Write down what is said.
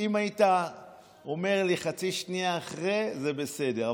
אם היית אומר לי חצי שנייה אחרי זה בסדר,